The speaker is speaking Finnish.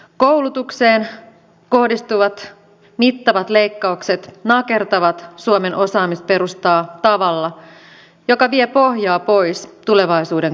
koulutukseen kohdistuvat mittavat leikkaukset nakertavat suomen osaamisperustaa tavalla joka vie pohjaa pois tulevaisuuden kasvulta